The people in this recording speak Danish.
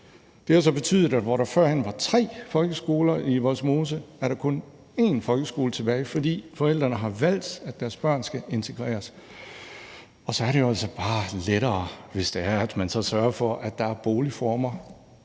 det har så betydet, at hvor der før var tre folkeskoler i Vollsmose, er der kun en folkeskole tilbage, fordi forældrene har valgt, at deres børn skal integreres. Og så er det altså bare lettere, hvis man så sørger for, at der er boligformer,